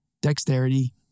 dexterity